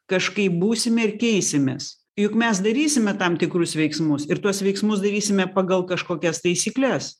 kažkaip būsime ir keisimės juk mes darysime tam tikrus veiksmus ir tuos veiksmus darysime pagal kažkokias taisykles